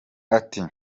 ati